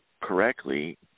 correctly